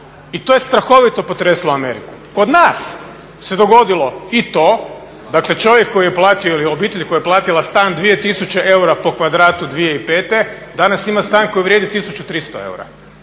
i to je strahovito potreslo Ameriku. Kod nas se dogodilo i to dakle čovjek koji je platio ili obitelj koja je platila stan 2 tisuće eura po kvadratu, 2005.danas ima stan koji vrijedi 1.300 eura,